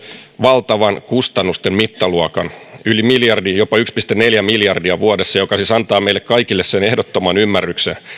valtavan kustannusten mittaluokan jopa yksi pilkku neljä miljardia vuodessa joka siis antaa meille kaikille sen ehdottoman ymmärryksen